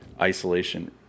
isolation